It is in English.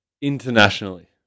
Internationally